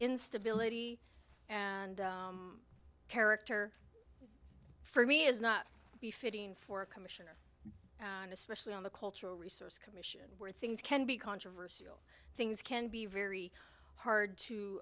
instability and character for me is not be fitting for a commissioner and especially on the cultural resource commission where things can be controversial things can be very hard to